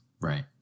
Right